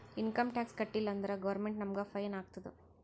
income tax ಕಟ್ಟೀಲ ಅಂದುರ್ government ನಮುಗ್ ಫೈನ್ ಹಾಕ್ತುದ್